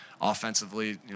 Offensively